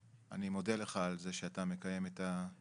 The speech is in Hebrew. ואני מודה לך על זה שאתה מקיים את הדברים.